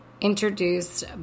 Introduced